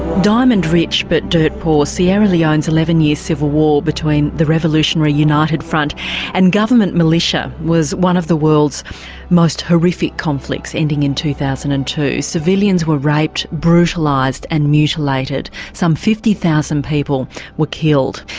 diamond rich but dirt poor, sierra leone's eleven year civil war between the revolutionary united front and government militia was one of the world's most horrific conflicts ending in two thousand and two. civilians were raped brutalised and mutilated. some fifty thousand people were killed.